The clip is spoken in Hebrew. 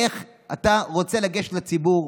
איך אתה רוצה לגשת לציבור?